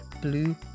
blue